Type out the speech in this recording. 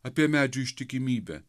apie medžių ištikimybę